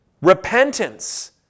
repentance